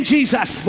Jesus